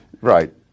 Right